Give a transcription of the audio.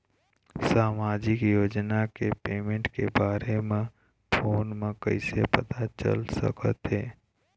सामाजिक योजना के पेमेंट के बारे म फ़ोन म कइसे पता चल सकत हे?